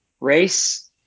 race